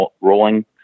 rolling